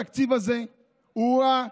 התקציב הזה הוא רע.